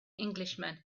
englishman